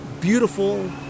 beautiful